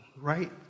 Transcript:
right